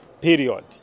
period